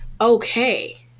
Okay